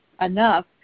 enough